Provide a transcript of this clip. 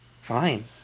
Fine